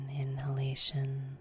inhalation